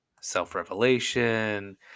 self-revelation